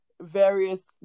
various